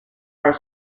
are